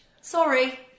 sorry